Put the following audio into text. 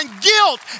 guilt